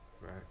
Right